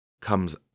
comes